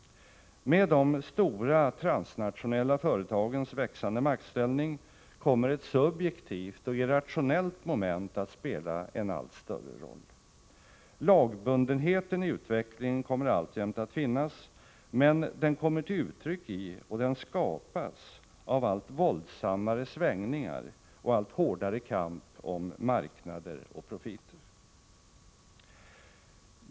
Med de stora transnationella företagens växande maktställning kommer ett subjektivt och irrationellt moment att spela en allt större roll. Lagbundenheten i utvecklingen kommer alltjämt att finnas, men den kommer till uttryck i och skapas av allt våldsammare svängningar och allt hårdare kamp om marknader och profiter.